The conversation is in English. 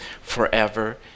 forever